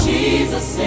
Jesus